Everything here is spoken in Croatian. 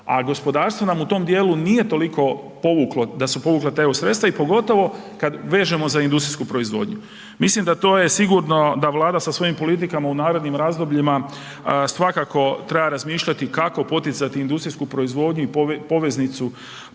a gospodarstvo nam u tom dijelu nije toliko povuklo, da su povukla ta EU sredstva i pogotovo kad vežemo za industrijsku proizvodnju. Mislim da to je sigurno, da vlada sa svojim politikama u narednim razdobljima svakako treba razmišljati kako poticati industrijsku proizvodnju i poveznicu